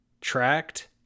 tracked